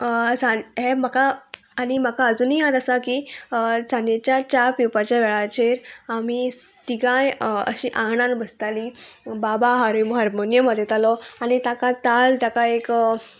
सान हें म्हाका आनी म्हाका आजुनूय याद आसा की सांजेच्या च्या पिवपाच्या वेळाचेर आमी तिगांय अशी आंगणान बसतालीं बाबा हार हार्मोनियम वाजयतालो आनी ताका ताल ताका एक